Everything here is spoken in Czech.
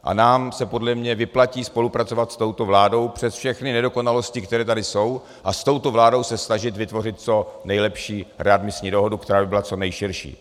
A nám se podle mě vyplatí spolupracovat s touto vládou přes všechny nedokonalosti, které tady jsou, a s touto vládou se snažit vytvořit co nejlepší readmisní dohodu, která by byla co nejširší.